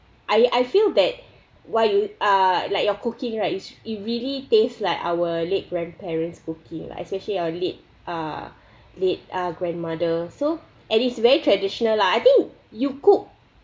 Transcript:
I I feel that why you uh like your cooking right it's it really taste like our late grandparents cooking lah especially our late uh late uh grandmother so and is very traditional lah I think you cook